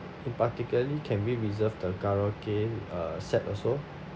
in particularly can we reserve the karaoke uh set also